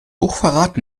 hochverrat